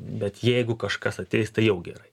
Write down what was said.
bet jeigu kažkas ateis tai jau gerai